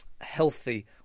healthy